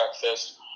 breakfast